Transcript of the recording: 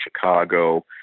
Chicago